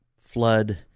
flood